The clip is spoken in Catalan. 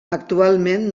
actualment